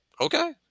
Okay